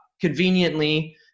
conveniently